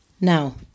Now